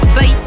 Say